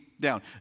down